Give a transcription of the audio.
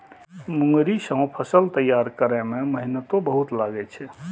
मूंगरी सं फसल तैयार करै मे मेहनतो बहुत लागै छै